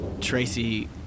Tracy